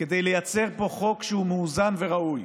כדי לייצר פה חוק שהוא מאוזן וראוי.